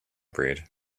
bread